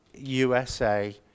USA